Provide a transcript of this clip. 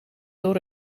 door